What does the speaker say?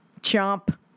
Chomp